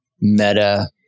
meta